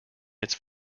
its